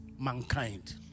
mankind